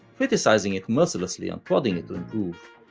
criticizing it mercilessly and prodding it to improve.